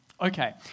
Okay